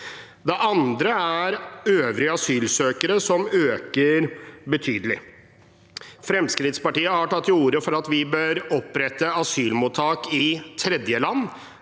er antallet øvrige asylsøkere, som øker betydelig. Fremskrittspartiet har tatt til orde for at vi bør opprette asylmottak i tredjeland.